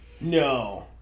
No